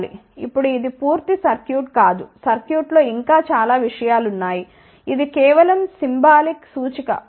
ఇప్పుడు ఇది పూర్తి సర్క్యూట్ కాదు సర్క్యూట్ లో ఇంకా చాలా విషయాలు ఉన్నాయి ఇది కేవలం సింబాలిక్ సూచిక సరే